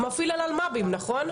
מפעיל על הלמ"בים נכון?